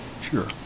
Sure